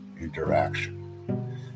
interaction